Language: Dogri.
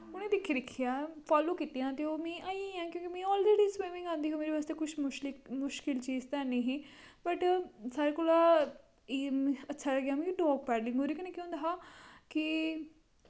उने दिक्खी दिक्खियै फालो कीतीयां ते ओह् मिगी आई गेईयां क्योंकि मिगी आलरेडी स्विमिंग आंदी ही ओह् मेरे वास्तै कुछ मुशलिक मुश्किल चीज ते हैनी ही बट सारें कोला अच्छा लग्गेआ मिगी डाग पैडलिंग ओह्दे कन्नै केह् होंदा हा की